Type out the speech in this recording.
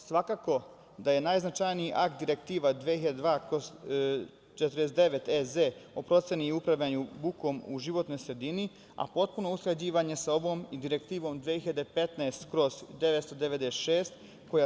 Svakako da je najznačajniji akt Direktiva 2002/49/EZ o proceni i upravljanju bukom u životnoj sredini, a potpuno usklađivanje sa ovom i Direktivom 2015/996 koja stavlja van snage i zamenjuje Aneks 2 Direktive 2002/49/